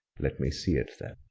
let me see it then.